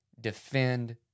defend